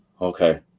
okay